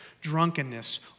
drunkenness